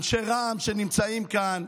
אנשי רע"מ שנמצאים כאן,